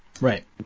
Right